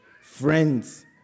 Friends